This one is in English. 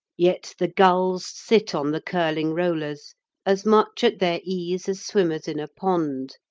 yet the gulls sit on the curling rollers as much at their ease as swimmers in a pond,